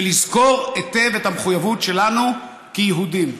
ולזכור היטב את המחויבות שלנו כיהודים.